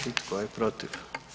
I tko je protiv?